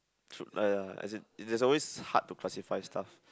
true !aiya! as in it there is always hard to classify stuff